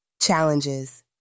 Challenges